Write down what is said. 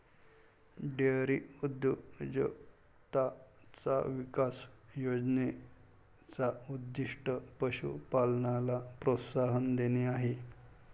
dairy उद्योजकताचा विकास योजने चा उद्दीष्ट पशु पालनाला प्रोत्साहन देणे आहे